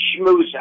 schmoozer